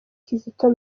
kizito